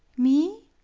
me?